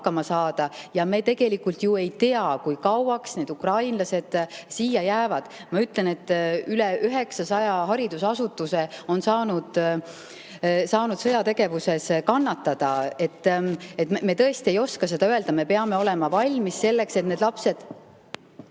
hakkama saada, ja me tegelikult ju ei tea, kui kauaks ukrainlased siia jäävad. Üle 900 haridusasutuse on saanud sõjategevuses kannatada. Me tõesti ei oska seda öelda. Me peame olema valmis selleks, et need lapsed